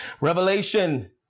revelation